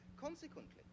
Consequently